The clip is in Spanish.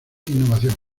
innovación